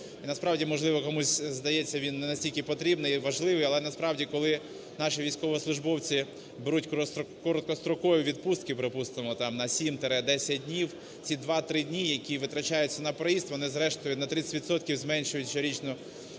насправді, можливо, комусь здається, він не на стільки потрібний і важливий. Але насправді, коли наші військовослужбовці беруть короткострокові відпустки, припустимо, там на 7-10 днів, ці два, три дні, які витрачаються на проїзд, вони зрештою на 30 відсотків зменшують щорічну